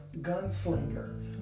gunslinger